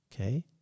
Okay